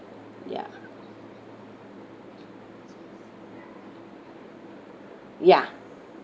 ya ya